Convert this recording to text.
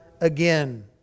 again